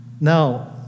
Now